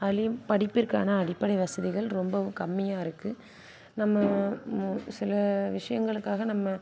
அதுலேயும் படிப்பிற்கான அடிப்படை வசதிகள் ரொம்பவும் கம்மியாக இருக்குது நம்ம மு சில விஷயங்களுக்காக நம்ம